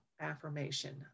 affirmation